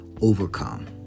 Overcome